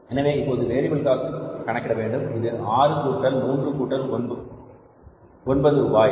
எனவே இப்போது variable cost கணக்கிடவேண்டும் அது 6 கூட்டல் 3 என்பது ஒன்பது ரூபாய்